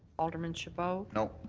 alderman chabot. no.